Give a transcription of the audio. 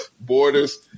borders